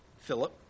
Philip